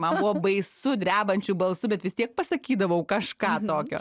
man buvo baisu drebančiu balsu bet vis tiek pasakydavau kažką tokio